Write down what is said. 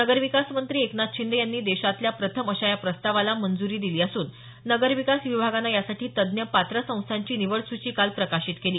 नगरविकासमंत्री एकनाथ शिंदे यांनी देशातल्या प्रथम अशा या प्रस्तावाला मंजुरी दिली असून नगरविकास विभागानं यासाठी तज्ज्ञ पात्र संस्थांची निवड सूची काल प्रकाशित केली